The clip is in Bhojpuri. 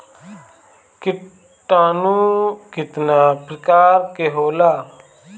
किटानु केतना प्रकार के होला?